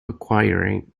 acquiring